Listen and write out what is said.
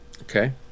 Okay